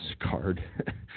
card